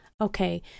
Okay